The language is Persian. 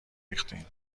ریختین